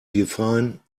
define